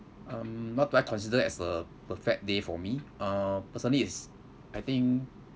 um what do I consider as a perfect day for me uh personally is I think